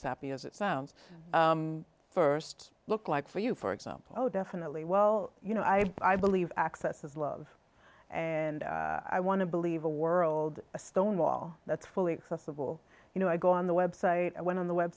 happy as it sounds first look like for you for example oh definitely well you know i i believe access is love and i want to believe a world a stonewall that's fully accessible you know i go on the web site i went on the web